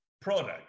product